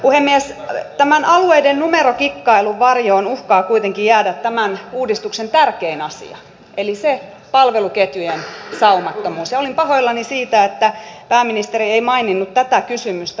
tämän alueiden numerokikkailun varjoon uhkaa kuitenkin jäädä tämän uudistuksen tärkein asia eli se palveluketjujen saumattomuus ja olin pahoillani siitä että pääministeri ei maininnut tätä kysymystä puhuessaan säästöistä